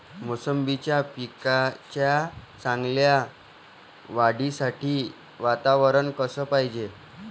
मोसंबीच्या पिकाच्या चांगल्या वाढीसाठी वातावरन कस पायजे?